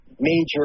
major